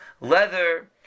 leather